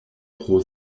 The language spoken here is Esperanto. pro